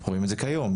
רואים את זה כיום,